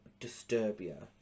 Disturbia